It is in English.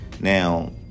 Now